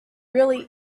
really